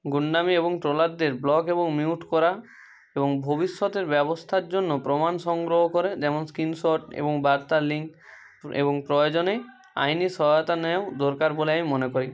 গুন্ডামি এবং ট্রোলারদের ব্লক এবং মিউট করা এবং ভবিষ্যতের ব্যবস্থার জন্য প্রমাণ সংগ্রহ করে যেমন স্ক্রিনশট এবং বার্তার লিঙ্ক এবং প্রয়োজনে আইনি সহায়তা নেওয়াও দরকার বলে আমি মনে করি